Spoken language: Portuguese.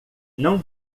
não